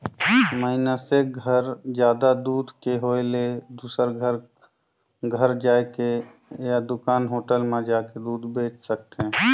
मइनसे घर जादा दूद के होय ले दूसर घर घर जायके या दूकान, होटल म जाके दूद बेंच सकथे